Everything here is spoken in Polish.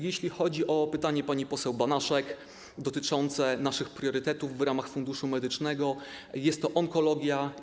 Jeśli chodzi o pytanie pani poseł Banaszek dotyczące naszych priorytetów w ramach Funduszu Medycznego, jest to onkologia.